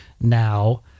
now